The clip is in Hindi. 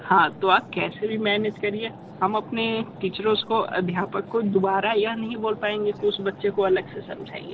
हाँ तो आप कैसे भी मैनेज करिए हम अपनी टीचरोंज़ को अध्यापक को दुबारा यह नहीं बोल पाएंगे कि उस बच्चे को अलग से समझाइए